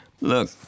Look